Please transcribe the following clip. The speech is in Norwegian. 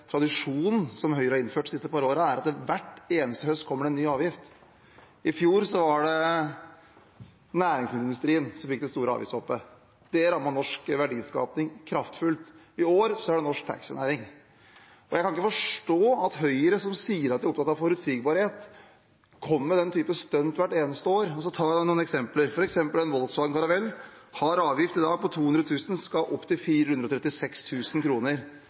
tradisjonen Høyre har innført de siste par årene, er at hver eneste høst kommer det en ny avgift. I fjor var det næringsmiddelindustrien som fikk det store avgiftshoppet. Det rammet norsk verdiskaping kraftfullt. I år er det norsk taxinæring. Jeg kan ikke forstå at Høyre, som sier at de er opptatt av forutsigbarhet, kommer med den type stunt hvert eneste år. Jeg kan ta et eksempel: Avgiften på en Volkswagen Caravelle er i dag 200 000 kr og skal opp til